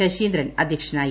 ശശീന്ദ്രൻ അധ്യക്ഷനായി